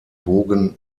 bogen